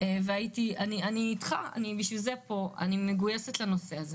אני מגויסת לנושא.